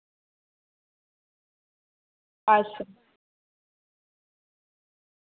अच्छा